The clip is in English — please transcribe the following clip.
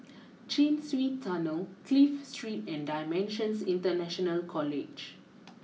Chin Swee Tunnel Clive Street and dimensions International College